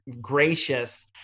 gracious